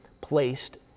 placed